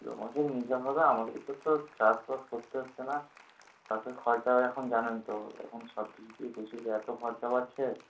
নিতে হবে আমাদেরকেও তো চাষবাস করতে হচ্ছে না গাছের খরচাও এখন জানেন তো এখন সব কিছুতেই প্রচুর এত খরচা বাড়ছে